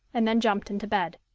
and then jumped into bed.